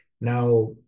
Now